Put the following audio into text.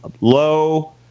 low